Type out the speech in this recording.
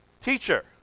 Teacher